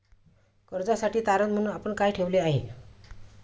कर्जासाठी तारण म्हणून आपण काय ठेवले आहे?